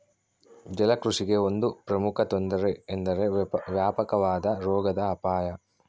ಜಲಕೃಷಿಗೆ ಒಂದು ಪ್ರಮುಖ ತೊಂದರೆ ಎಂದರೆ ವ್ಯಾಪಕವಾದ ರೋಗದ ಅಪಾಯ